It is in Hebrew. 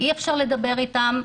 אי אפשר לדבר איתם.